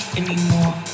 anymore